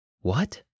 What